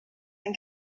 and